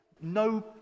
no